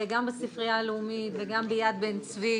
גם בספרייה הלאומית וגם ביד בן צבי.